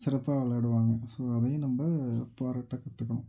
சிறப்பாக விளாடுவாங்க ஸோ அதையும் நம்ப பாராட்ட கற்றுக்கணும்